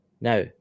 Now